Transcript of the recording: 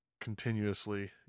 continuously